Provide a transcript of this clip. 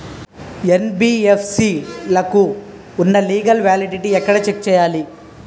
NBFC లకు ఉన్నా legal validity ఎక్కడ చెక్ చేయాలి?